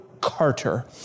Carter